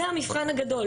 זה המבחן הגדול.